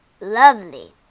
Lovely